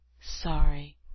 sorry